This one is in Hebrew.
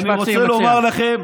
ובאמת, אני רוצה לומר לכם,